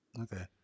Okay